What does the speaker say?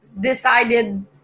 decided